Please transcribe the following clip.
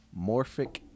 Morphic